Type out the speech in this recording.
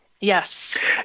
Yes